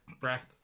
breath